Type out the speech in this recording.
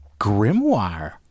Grimoire